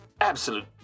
absolute